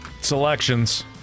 selections